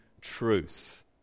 truth